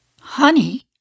Honey